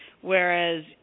whereas